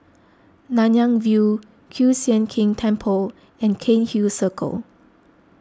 Nanyang View Kiew Sian King Temple and Cairnhill Circle